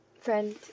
friend